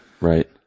right